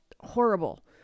horrible